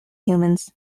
humans